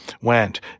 went